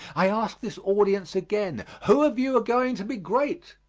i ask this audience again who of you are going to be great?